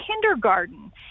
kindergarten